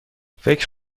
فکر